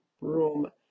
room